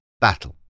battle